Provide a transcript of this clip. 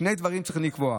שני דברים צריך לקבוע,